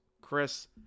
Chris